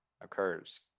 occurs